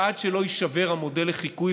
עד שלא יישבר המודל לחיקוי,